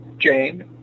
Jane